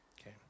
okay